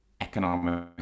economic